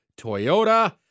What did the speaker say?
Toyota